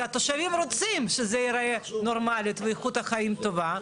כי התושבים רוצים שזה יראה נורמלי ושתהיה איכות חיים טובה.